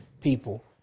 people